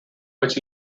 which